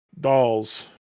Dolls